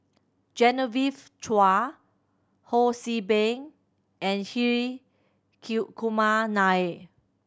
Genevieve Chua Ho See Beng and Hri Kumar Nair